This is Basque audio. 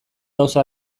gauza